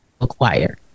acquire